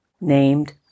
named